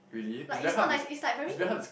like it's not nice it's like very